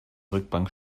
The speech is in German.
rückbank